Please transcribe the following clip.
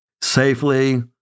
safely